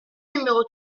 numéro